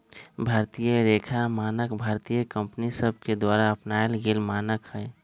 भारतीय लेखा मानक भारतीय कंपनि सभके द्वारा अपनाएल गेल मानक हइ